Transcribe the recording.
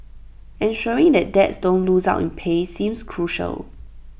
ensuring that dads don't lose out in pay seems crucial